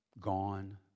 gone